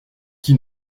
qui